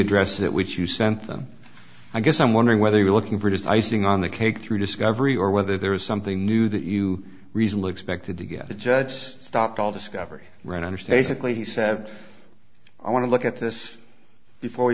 address that which you sent them i guess i'm wondering whether you're looking for just icing on the cake through discovery or whether there is something new that you reasonably expected to get a judge stopped all discovery right under stay sick leave he said i want to look at this before we